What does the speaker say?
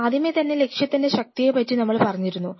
ആദ്യമേ തന്നെ ലക്ഷ്യത്തിൻറെ ശക്തിയെ പറ്റി നമ്മൾ പറഞ്ഞിരുന്നു